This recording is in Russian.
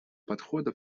подхода